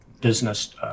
business